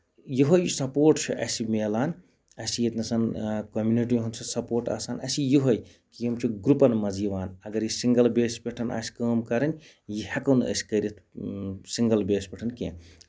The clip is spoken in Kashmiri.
یِہوے سَپوٹ چھُ اَسہِ مِلان اَسہِ چھُ ییٚتہِ نسَن کٔمنِٹی ہُند چھُ سَپوٹ آسان اَسہِ یِہوے کہِ یِم چھِ گرُپَن منٛز یِوان اَگرٕے سِنگٔل بیسہِ پٮ۪ٹھ آسہِ کٲم کَرٕنۍ یہِ ہٮ۪کو نہٕ أسۍ کٔرِتھ سِنگٔل بیس پٮ۪ٹھ کیٚنٛہہ